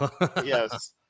yes